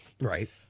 Right